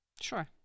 Sure